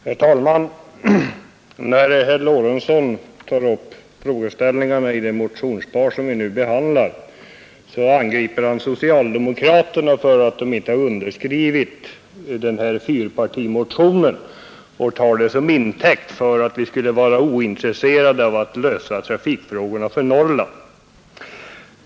åtgärder för att för Herr talman! När herr Lorentzon tog upp frågeställningarna i det motionspar som vi nu behandlar angrep han socialdemokraterna för att de inte har skrivit under denna fyrpartimotion, och han tog det som intäkt för att vi skulle vara ointresserade av att lösa trafikfrågorna för Norrland.